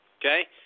Okay